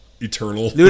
eternal